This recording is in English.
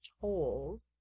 told